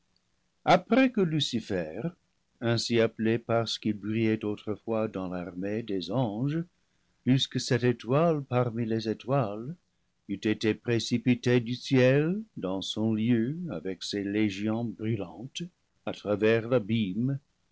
après que lucifer ainsi appelé parce qu'il brillait autrefois dans l'armée des anges plus que cette étoile parmi les étoiles eut été précipité du ciel dans son lieu avec ses légions brûlantes à travers l'abîme